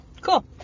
Cool